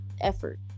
effort